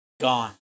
Gone